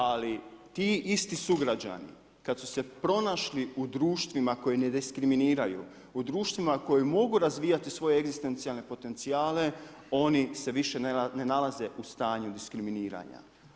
Ali, ti isti sugrađanki, kada su se pronašli u društvima koje ne diskriminiraju, u društvima u kojem mogu razvijati svoje egzistencijalne potencijale, oni se više ne nalaze u stanju diskriminiranja.